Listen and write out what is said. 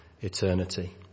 eternity